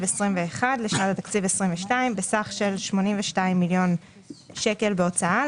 2021 לשנת התקציב 2022 בסך של 82 מיליון שקלים בהוצאה,